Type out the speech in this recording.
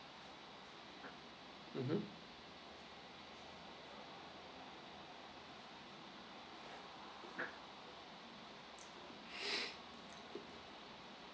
mmhmm